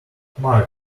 marc